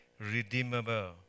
Redeemable